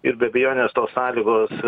ir be abejonės tos sąlygos